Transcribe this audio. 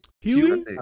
Hughie